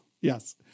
Yes